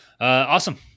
awesome